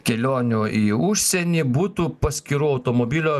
kelionių į užsienį butų paskyrų automobilio